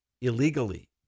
illegally